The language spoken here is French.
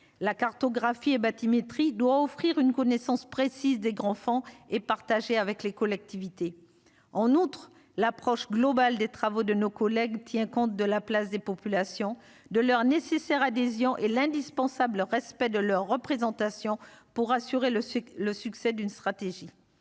la cartographie et bathymétrie doit offrir une connaissance précise des grands enfants et partager avec les collectivités, en outre, l'approche globale des travaux de nos collègues, tient compte de la place des populations de leur nécessaire adhésion et l'indispensable respect de leur représentation pour assurer le succès, le succès d'une stratégie